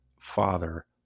father